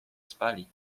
spali